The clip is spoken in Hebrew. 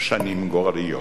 שנים גורליות.